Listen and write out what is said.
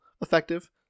effective